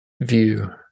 view